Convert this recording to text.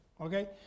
okay